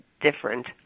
different